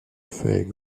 fait